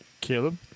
Caleb